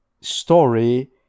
story